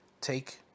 take